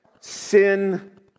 sin